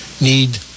need